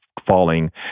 falling